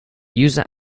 user